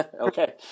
okay